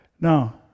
Now